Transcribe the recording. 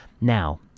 Now